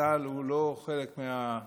צהל הוא לא חלק מהפוליטיקה.